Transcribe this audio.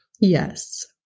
Yes